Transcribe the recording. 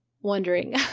wondering